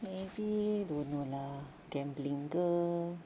maybe don't know lah gambling ke